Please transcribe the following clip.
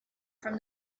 from